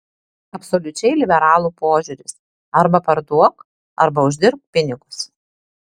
absoliučiai liberalų požiūris arba parduok arba uždirbk pinigus